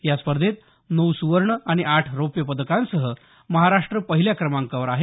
या स्पर्धेत नऊ सुवर्ण आणि आठ रौप्य पदकांसह महाराष्ट्र पहिल्या क्रमांकावर आहे